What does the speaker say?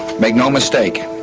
make no mistake,